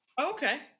okay